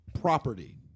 property